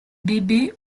bébés